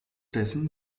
dessen